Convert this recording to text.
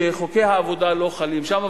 שחוקי העבודה לא חלים שם,